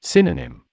Synonym